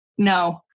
no